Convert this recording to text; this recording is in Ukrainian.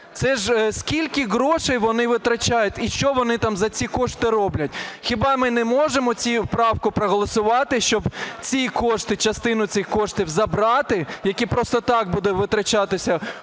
Це ж скільки грошей вони витрачають і що вони там за ці кошти роблять? Хіба ми не можемо цю правку проголосувати, щоб ці кошти, частину цих коштів, забрати, які просто так будуть витрачатись